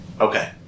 Okay